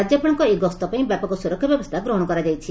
ରାକ୍ୟପାଳଙ୍କ ଏହି ଗସ୍ତ ପାଇଁ ବ୍ୟାପକ ସ୍ବରକ୍ଷା ବ୍ୟବସ୍ରା ଗ୍ରହଣ କରାଯାଇଛି